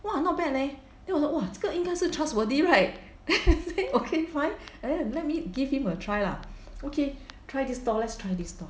!wah! not bad leh then 我 !wah! 这个应该是 trustworthy right then okay fine let me give him a try lah okay try this stall let's try this stall